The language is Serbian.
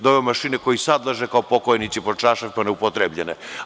Doveo mašine koje i sada leže kao pokojnici ispod čaršava, neupotrebljene.